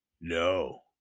no